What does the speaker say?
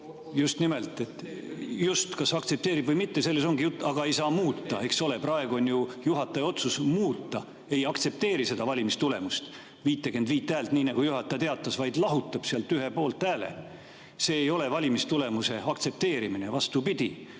Just nimelt, kas aktsepteerib või mitte, sellest on jutt, aga ei saa muuta, eks ole. Praegu on ju juhataja otsus muuta, ta ei aktsepteeri seda valimistulemust, 55 häält, nagu juhataja teatas, vaid lahutab sealt ühe poolthääle. See ei ole valimistulemuse aktsepteerimine, vastupidi.